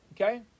okay